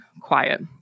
quiet